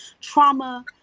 trauma